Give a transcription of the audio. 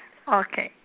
okay